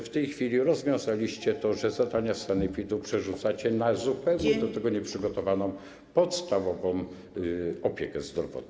W tej chwili rozwiązaliście to tak, że zadania sanepidu przerzucacie na zupełnie do tego nieprzygotowaną podstawową opiekę zdrowotną.